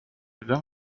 vin